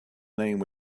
name